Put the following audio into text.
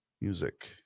Music